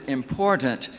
important